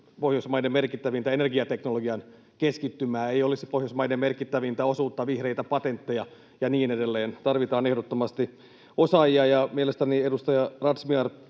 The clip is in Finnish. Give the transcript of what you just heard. Pohjoismaiden merkittävintä energiateknologian keskittymää, ei olisi Pohjoismaiden merkittävintä osuutta vihreitä patentteja ja niin edelleen. Tarvitaan ehdottomasti osaajia. Mielestäni edustaja Razmyar